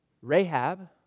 Rahab